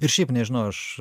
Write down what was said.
ir šiaip nežinau aš